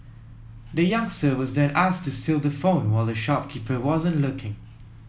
the youngster was then asked to steal the phone while the shopkeeper wasn't looking